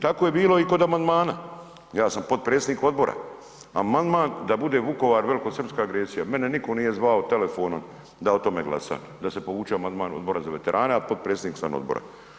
Tako je bilo i kod amandmana, ja sam potpredsjednik odbora, amandman da bude Vukovar velikosrpska agresija, mene nije niko zvao telefonom da o tome glasa, da se povuče amandman Odbora za veterane, a potpredsjednik sam odbora.